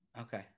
Okay